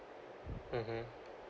mmhmm